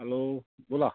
hello बोला